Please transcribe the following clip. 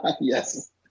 Yes